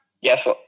Yes